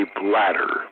bladder